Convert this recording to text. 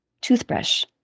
toothbrush